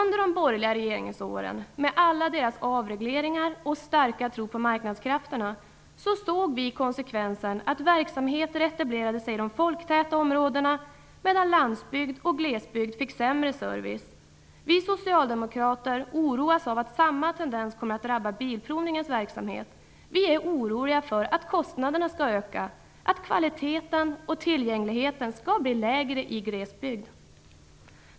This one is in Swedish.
Under de borgerliga regeringsåren med alla avregleringar och den starka tron på marknadskrafterna såg vi konsekvensen att verksamheter etablerade sig i de folktäta områdena, medan landsbygd och glesbygd fick sämre service. Vi socialdemokrater är oroliga för att samma tendens kommer att drabba Bilprovningens verksamhet. Vi är oroliga för att kostnaderna skall öka, att kvaliteten och tillgängligheten skall bli lägre i glesbygd.